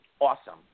awesome